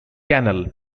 canal